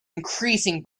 increasing